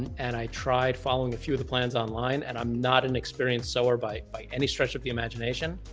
and i tried following a few of the plans online. and i'm not an experienced sewer by by any stretch of the imagination.